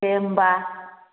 दे होनबा